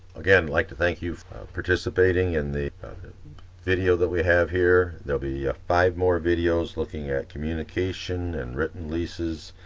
again, like to thank you for participating in the video that we have here. there will be five more videos looking at communication and written leases,